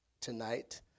tonight